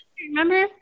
Remember